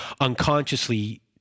unconsciously